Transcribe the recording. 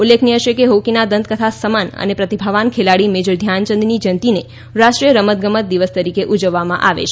ઉલ્લેખનીય છે કે હોકીના દંતકથા સમાન અને પ્રતિભાવાન ખેલાડી મેજર ધ્યાનચંદની જયંતીને રાષ્ટ્રીય રમત ગમત દિવસ તરીકે ઉજવવામાં આવે છે